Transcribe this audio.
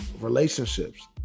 relationships